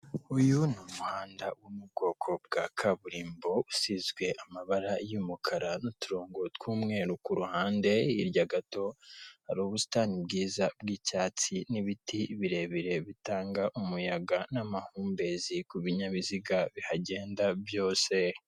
Uyu ni umuhanda wo mu bwoko bwa kaburimbo, usizwe amabara y'umukara, n'uturongo tw'umweru ku ruhande, hirya gato hari Ubusitani bwiza bw'icyatsi, n'ibiti birebire bitanga umuyaga n'amahumbezi, ku binyabiziga bihagenda byose.